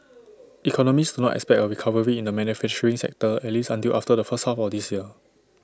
economists do not expect A recovery in the manufacturing sector at least until after the first half of this year